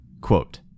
Quote